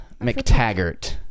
McTaggart